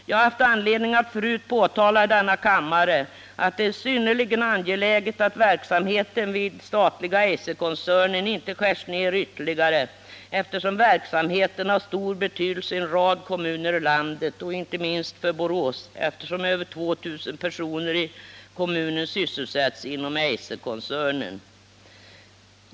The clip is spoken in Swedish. Jag har tidigare haft anledning att i denna kammare påtala att det är synnerligen angeläget att verksamheten vid statliga Eiserkoncernen inte skärs ned ytterligare, eftersom verksamheten har stor betydelse i en rad kommuner i landet. Inte minst gäller det för Borås, då över 2 000 personer i kommunen sysselsätts inom Eiserkoncernen.